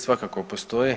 Svakako postoji.